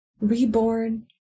reborn